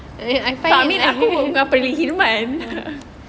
tak I mean aku mengapa pilih hilman